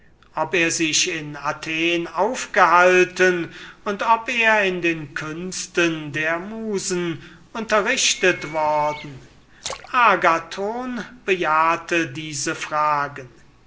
ob er sich nicht in athen aufgehalten und ob er in den künsten der musen unterrichtet worden agathon bejahete diese fragen